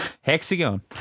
Hexagon